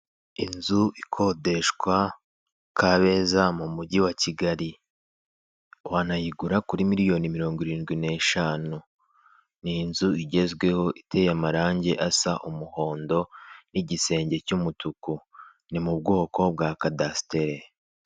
Inzu ikodeshwa Kabeza mu mujyi wa Kigali wanayigura kuri miliyoni mirongo irindwi n'eshanu ni inzu igezweho iteye amarangi asa umuhondo n'igisenge cy'umutuku ni mu bwoko bwa kadasiteri.